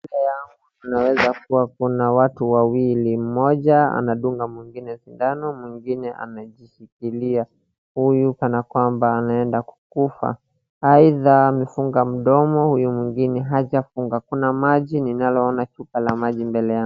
Mbele yangu ninaweza kuona kuna watu wawili, mmoja andunga mwingine sindano, mwingine anajishikilia huyu kana kwamba anaenda kukufa, aidha amefunga mdomo huyu mwingine hajafunga. Kuna maji ninaloona chupa la maji mbele yangu.